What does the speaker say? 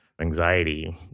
anxiety